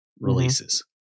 releases